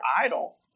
idle